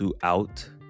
throughout